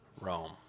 Rome